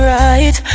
right